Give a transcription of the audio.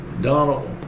Donald